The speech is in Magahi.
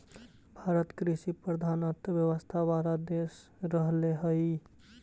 भारत कृषिप्रधान अर्थव्यवस्था वाला देश रहले हइ